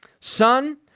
Son